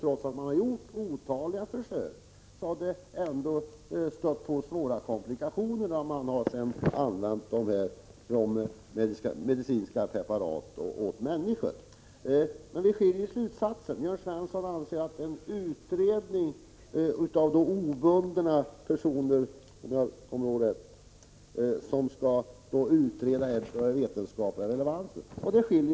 Trots att man har gjort otaliga försök har det blivit svåra komplikationer när man använt medicinska preparat för mänskligt bruk. Men vi skiljer oss beträffande slutsatsen. Jörn Svensson anser att en utredning av obundna personer av den vetenskapliga relevansen är det bästa.